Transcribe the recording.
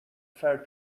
fair